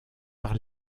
par